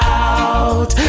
out